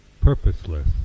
purposeless